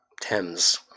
Thames